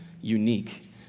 unique